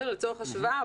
לצורך השוואה,